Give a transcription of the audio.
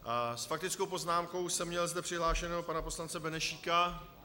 S faktickou poznámkou jsem měl zde přihlášeného pana poslance Benešíka.